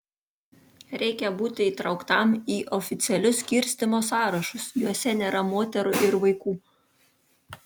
reikia būti įtrauktam į oficialius skirstymo sąrašus juose nėra moterų ir vaikų